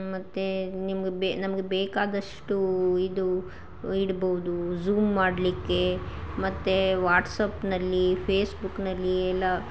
ಮತ್ತು ನಿಮ್ಗೆ ಬೇ ನಮ್ಗೆ ಬೇಕಾದಷ್ಟು ಇದು ಇಡ್ಬೋದು ಝೂಮ್ ಮಾಡಲಿಕ್ಕೆ ಮತ್ತು ವಾಟ್ಸ್ಅಪ್ನಲ್ಲಿ ಫೇಸ್ಬುಕ್ನಲ್ಲಿ ಎಲ್ಲಾ